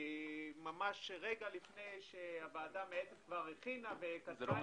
ממש רגע לפני שהוועדה המייעצת כבר הכינה וכתבה את ההמלצות.